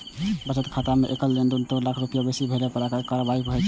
बचत खाता मे एकल लेनदेन दू लाख रुपैया सं बेसी भेला पर आयकर कार्रवाई भए सकैए